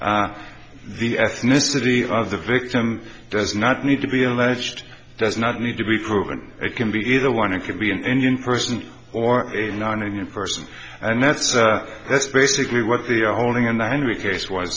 the ethnicity of the victim does not need to be alleged does not need to be proven it can be either one it could be an indian person or a nonunion person and that's that's basically what the holding in the hand we case was